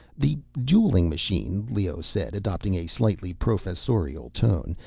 the dueling machine, leoh said, adopting a slightly professorial tone,